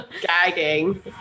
Gagging